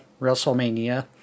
WrestleMania